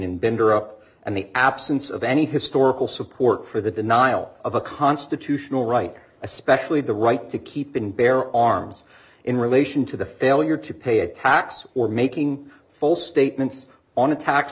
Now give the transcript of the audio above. bender up and the absence of any historical support for the denial of a constitutional right especially the right to keep and bear arms in relation to the failure to pay a tax or making false statements on a tax